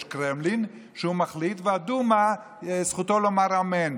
יש קרמלין, שהוא מחליט, והדוּמה, זכותו לומר אמן.